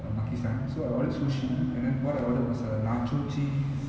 makisan so I ordered sushi and then what I ordered was a nacho cheese